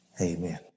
Amen